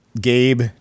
Gabe